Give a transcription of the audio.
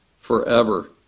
forever